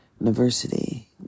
university